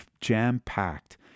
jam-packed